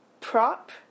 prop